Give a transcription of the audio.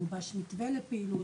גובש מתווה לפעילות,